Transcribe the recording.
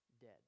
dead